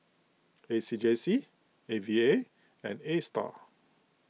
A C J C A V A and A star